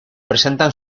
presentan